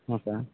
ହଁ ସାର୍